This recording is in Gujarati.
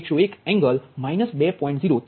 0101 એંગલ માઇનસ 2